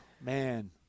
man